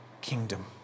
kingdom